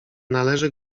należy